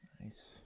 Nice